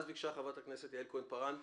אז ביקשה חברת הכנסת יעל כהן-פארן,